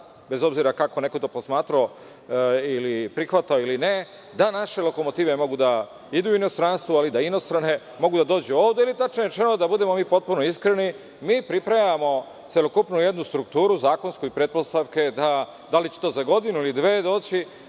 bez obzira kako te neko posmatrao, prihvatao ili ne, da naše lokomotive mogu da idu u inostranstvo, ali da inostrane mogu da dođu ovde. Tačnije rečeno, da budemo mi potpuno iskreni, mi pripremamo celokupnu jednu strukturu, zakonsku i pretpostavka je, da li će to za godinu ili dve doći,